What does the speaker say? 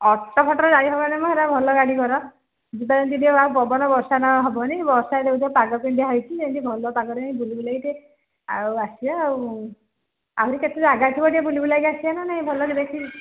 auto ଫଟରେ ଯାଇ ହବନିମ ହେରା ଭଲ ଗାଡ଼ି ଘର ଯିବାର ଯଦି ଟିକେ ବା ପବନ ବର୍ଷା ନ ହବନି ବର୍ଷା ଯେଉଁ ପାଗ ଯେମତିଆ ହେଇଛି ଯେ ଏମିତି ଭଲ ପାଗରେ ବୁଲ ବୁଲେଇ ଟିକେ ଆଉ ଆସିଆ ଆଉ ଆହୁରି କେତେ ଜାଗା ଥିବ ଟିକେ ବୁଲି ବୁଲାଇକି ଆସିବା ନା ନାହିଁ ଭଲରେ ଦେଖିକି